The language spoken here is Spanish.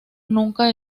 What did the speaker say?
nunca